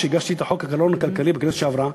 כשהגשתי את חוק הגירעון בכנסת שעברה,